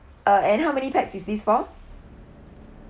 uh and how many pax is this for